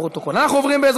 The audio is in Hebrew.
לתיקון